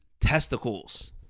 testicles